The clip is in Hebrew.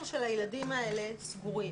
הגענו להסכמות.